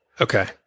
Okay